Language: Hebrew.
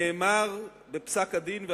נאמר בפסק-הדין: